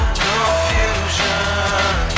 confusion